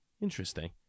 interesting